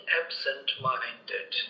absent-minded